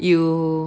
you